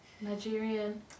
Nigerian